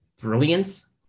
brilliance